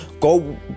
go